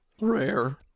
Rare